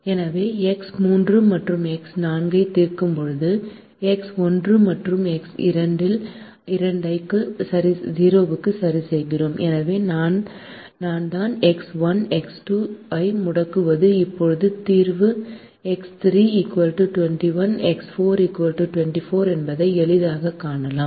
எனவே எக்ஸ் 3 மற்றும் எக்ஸ் 4 ஐ தீர்க்கும்போது எக்ஸ் 1 மற்றும் எக்ஸ் 2 ஐ 0 க்கு சரிசெய்கிறோம் எனவே நான் தான் எக்ஸ் 1 எக்ஸ் 2 ஐ முடக்குவது இப்போது தீர்வு எக்ஸ் 3 21 எக்ஸ் 4 24 என்பதை எளிதாகக் காணலாம்